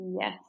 Yes